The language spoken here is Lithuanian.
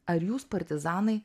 ar jūs partizanai